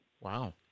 Wow